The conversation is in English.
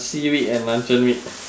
seaweed and luncheon meat